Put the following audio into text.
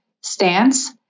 stance